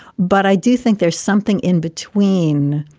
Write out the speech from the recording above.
but i do think there's something in between.